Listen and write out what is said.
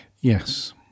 yes